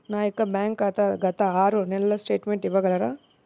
నా యొక్క బ్యాంక్ ఖాతా గత ఆరు నెలల స్టేట్మెంట్ ఇవ్వగలరా?